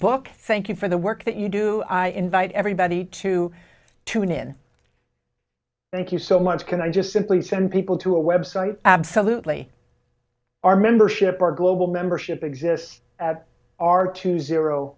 book thank you for the work that you do i invite everybody to tune in thank you so much can i just simply send people to a website absolutely our membership our global membership exists at our two zero